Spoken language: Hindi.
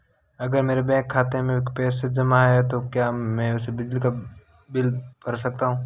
अगर मेरे बैंक खाते में पैसे जमा है तो क्या मैं उसे बिजली का बिल भर सकता हूं?